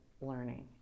learning